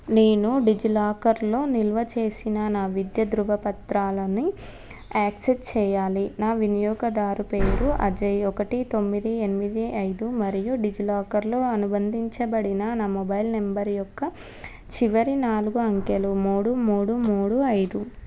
నేను డిజిలాకర్లో నిల్వ చేసిన నా విద్యా ధృవపత్రాలని యాక్సెస్ చెయ్యాలి నా వినియోగదారు పేరు అజయ్ ఒకటి తొమ్మిది ఎనిమిది ఐదు మరియు డిజిలాకర్లో అనుబంధించబడిన నా మొబైల్ నంబర్ యొక్క చివరి నాలుగు అంకెలు మూడు మూడు మూడు ఐదు